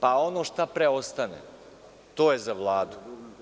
Pa ono, šta preostane to je za Vladu.